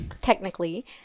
Technically